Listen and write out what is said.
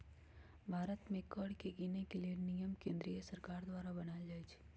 भारत में कर के गिनेके लेल नियम केंद्रीय सरकार द्वारा बनाएल जाइ छइ